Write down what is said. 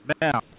Now